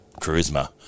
charisma